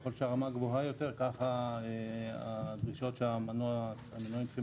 ככל שהרמה גבוהה יותר כך הדרישות שהמנועים צריכים